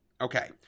Okay